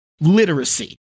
literacy